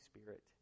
Spirit